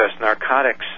narcotics